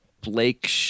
Blake